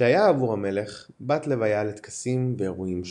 שהייתה עבור המלך בת לוויה לטקסים ואירועים שונים.